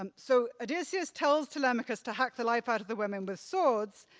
um so odysseus tells telemachus to hack the life out of the women with swords